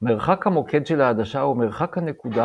מרחק המוקד של העדשה הוא מרחק הנקודה